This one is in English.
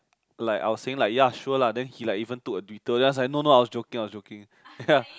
like I was saying like ya sure lah then he like even took a detour then I was like no no I was joking I was joking ya